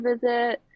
visit